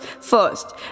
First